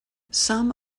some